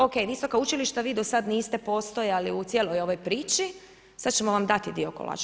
Ok, visoka učilišta vi do sada niste postojali u cijeloj ovoj priči, sada ćemo vam dati dio kolača.